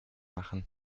machen